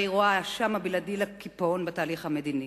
שבה היא רואה האשם הבלעדי בקיפאון בתהליך המדיני.